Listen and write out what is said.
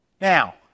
Now